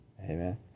amen